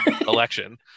election